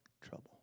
trouble